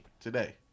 today